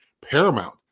paramount